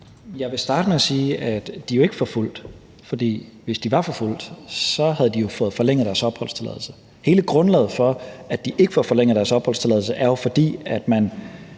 Jeg vil starte med at sige, at de ikke er forfulgt, for hvis de var forfulgt, havde de fået forlænget deres opholdstilladelse. Hele grundlaget for, at de ikke får forlænget deres opholdstilladelse, er jo, at man